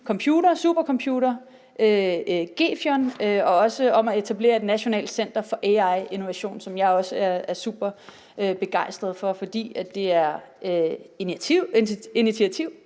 kunne også nævne samarbejdet om at etablere et nationalt center for AI-innovation, som jeg også er super begejstret for. For det handler om initiativ